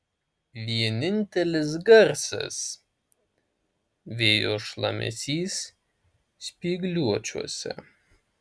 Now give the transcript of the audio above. vienintelis garsas vėjo šlamesys spygliuočiuose